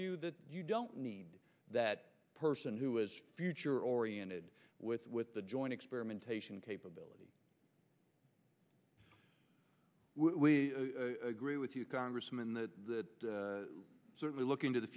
view that you don't need that person who is future oriented with with the joint experimentation capability we agree with you congressman the certainly look into the